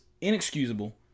inexcusable